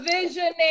Visionary